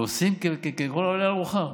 ועושים ככל העולה על רוחם.